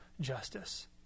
justice